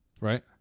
right